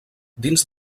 dins